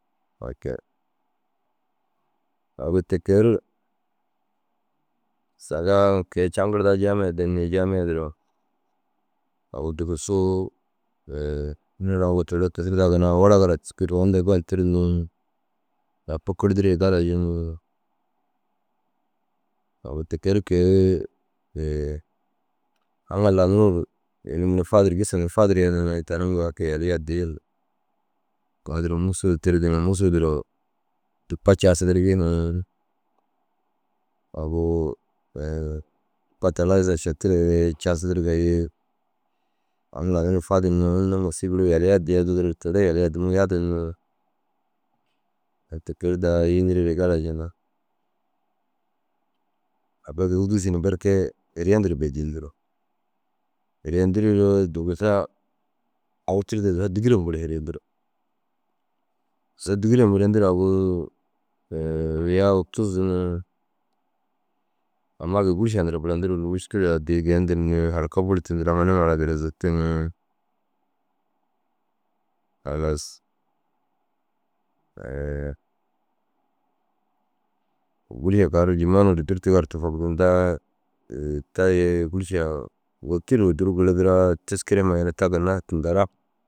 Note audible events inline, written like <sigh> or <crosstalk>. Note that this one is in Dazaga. A kee. Agu tikeer saga kei caŋgirdaa jaamiyaa der ni jaamiyaa duro agu dugusuu <hesitation> ina ara uŋgo teere kisdaa ginna au waraga raa cikii ruunde gon tir ni daa fôkordiriire galabji ni. Agu tike ru kee <hesitation> aŋ a lau nuruu ru ini ni fadir gissa nuruu fadir yenir ni tani uŋgo a kee yalii addi ru kaa duro Musuu tirdu ni Musuu duro dûpa caasidirigi ni. Agu <hesitation> sa talaata šetireere caasitirigii. Aŋ lau nuruu fadir ni unnu ŋôssi giruu yaliya addiya dudurii teere yalii addimuu yadin ni. Agu tike ru daa yîniriiree gabjindu. Agu duro duusu dîsu ni berke hiriye ndir bêdindiru. Hiriyendirii ni dugusa au tirduu dugusa dîgirem gora hiriyendir. Digisa dîgirem gora hiriyendir agu <hesitation> hiriyaa agu tuzu ni ama gii gûrša ndiraa burandirigire ru mûškile addii geendir ni haraka buru tîndir amma nimaa erdu duro zutu ni. Halas <hesitation> ôwuri a kaa ru Jimene ru gii dûrtugaa ru tofogdindaa <hesitation> ta ye gûrsiyaã wêtiru ôduru girdiraa teskerema duro ta ginna tinda raa